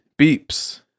Beeps